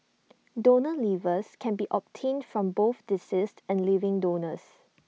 donor livers can be obtained from both deceased and living donors